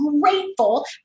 grateful